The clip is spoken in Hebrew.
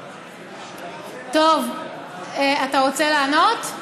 טוב, אתה רוצה לענות?